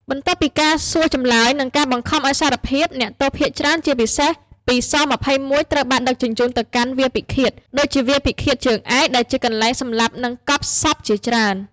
បន្ទាប់ពីការសួរចម្លើយ និងការបង្ខំឱ្យសារភាព អ្នកទោសភាគច្រើន (ជាពិសេសពី ស-២១) ត្រូវបានដឹកជញ្ជូនទៅកាន់ "វាលពិឃាត" ដូចជាវាលពិឃាតជើងឯក ដែលជាកន្លែងសម្លាប់ និងកប់សពជាច្រើន។